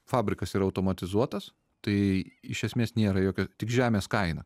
fabrikas yra automatizuotas tai iš esmės nėra jokio tik žemės kaina